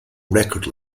record